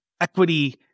equity